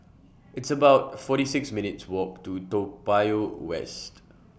It's about forty six minutes' Walk to Toa Payoh West